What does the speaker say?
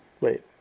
Wait